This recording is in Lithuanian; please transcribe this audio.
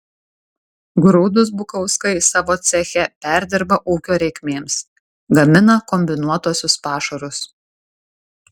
grūdus bukauskai savo ceche perdirba ūkio reikmėms gamina kombinuotuosius pašarus